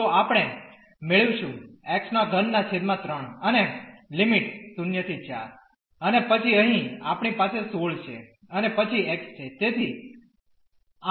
તો આપણે મેળવીશું x33 અને લિમિટ 0 ¿4 અને પછી અહીં આપણી પાસે 16 છે અને પછી x તેથી 8 4